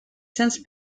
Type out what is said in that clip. since